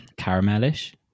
caramelish